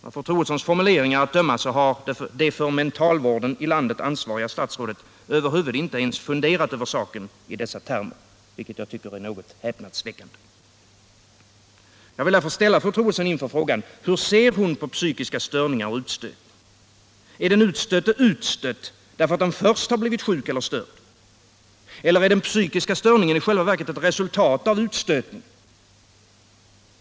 Av fru Troedssons formuleringar att döma har det för mentalvården i landet ansvariga statsrådet över huvud taget inte ens funderat över saken i dessa termer, vilket jag tycker är häpnadsväckande. Jag vill därför ställa fru Troedsson inför frågan: Hur ser hon på psykiska störningar och utstötning? Är den utstötte utstött därför att han först har blivit sjuk eller störd? Eller är den psykiska störningen i själva verket ett resultat av utstötningen?